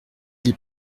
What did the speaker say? les